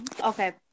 okay